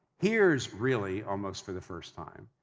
hears really, almost for the first time.